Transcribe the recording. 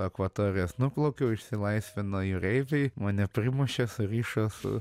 akvatorijos nuplaukiau išsilaisvino jūreiviai mane primušė surišo su